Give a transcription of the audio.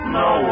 no